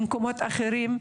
במקומות אחרים,